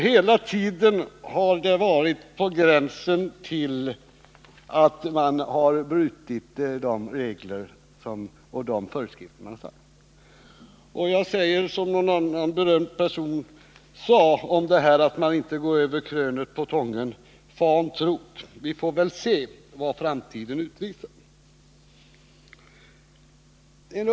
Hela tiden har det varit på gränsen till att man har brutit de regler och föreskrifter som finns. Jag säger som någon annan berömd person sade om detta att man inte går över krönet på Tången: Fan tro't, vi får väl se vad framtiden utvisar.